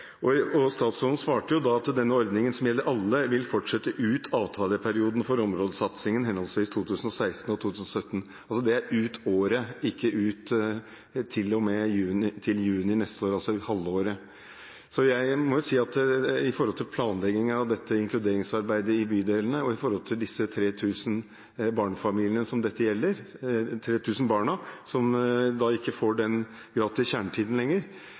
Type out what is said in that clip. Statsråden svarte da at denne ordningen, som gjelder alle, vil fortsette ut avtaleperioden for områdesatsingen, henholdsvis 2016 og 2017 – altså ut året, ikke til og med juni neste år, altså halvåret. Jeg må si at med tanke på planlegging av inkluderingsarbeidet i bydelene og med tanke på de 3 000 barna som ikke får gratis kjernetid lenger fra juni neste år, er dette en alvorlig endring i signalene fra statsråden i forhold til hva som